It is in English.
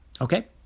Okay